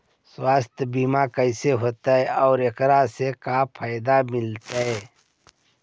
सवासथ बिमा कैसे होतै, और एकरा से का फायदा मिलतै?